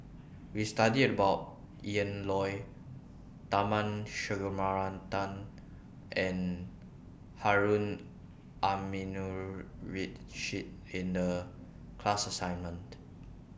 We studied about Ian Loy Tharman Shanmugaratnam and Harun Aminurrashid in The class assignment